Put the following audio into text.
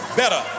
better